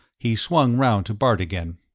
he swung round to bart again.